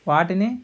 వాటిని